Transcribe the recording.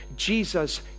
Jesus